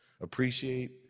appreciate